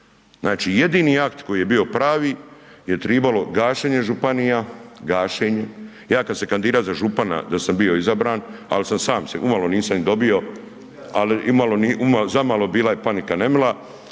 Znači jedini akt koji je bio pravi je trebalo gašenje županija, gašenje, ja kad sam se kandidirao za župana, da sam bio izabran ali sam sam, umalo ih nisam dobio ali zamalo bila je panika nemila,